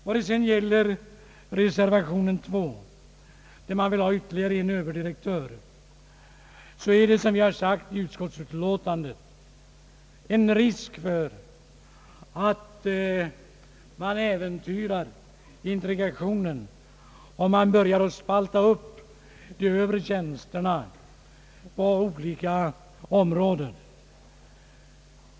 Vad sedan gäller reservation 2, i vilken man vill ha ytterligare en överdirektör, är det såsom framhållits i utskottsutlåtandet risk för att integrationen äventyras om man börjar spalta upp de högre tjänsterna på olika områden.